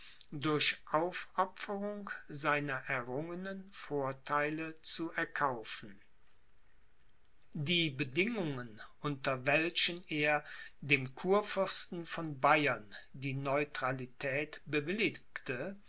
durch aufopferung seiner errungenen vorteile zu erkaufen die bedingungen unter welchen er dem kurfürsten von bayern die neutralität bewilligte